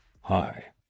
Hi